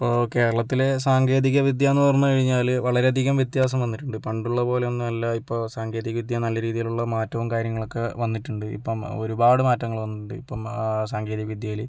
ഇപ്പോൾ കേരളത്തിൽ സാങ്കേതിക വിദ്യ എന്ന് പറഞ്ഞു കഴിഞ്ഞാൽ വളരെ അധികം വ്യത്യാസം വന്നിട്ടുണ്ട് പണ്ടുള്ള പോലെയൊന്നുമല്ല ഇപ്പോൾ സാങ്കേതിക വിദ്യ നല്ല രീതിയിലുള്ള മാറ്റവും കാര്യങ്ങളൊക്കെ വന്നിട്ടുണ്ട് ഇപ്പം ഒരുപാട് മാറ്റങ്ങൾ വന്നിട്ടുണ്ട് ഇപ്പം സാങ്കേതിക വിദ്യയിൽ